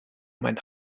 mein